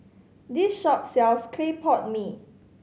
this shop sells clay pot mee